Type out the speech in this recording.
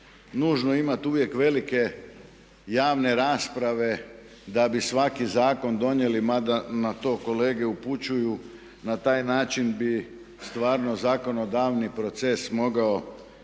nužno imati uvijek velike javne rasprave da bi svaki zakon donijeli mada na to kolege upućuju. Na taj način bi stvarno zakonodavni proces mogao